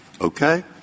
okay